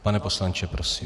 Pane poslanče, prosím.